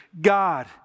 God